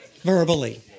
verbally